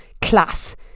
class